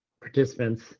participants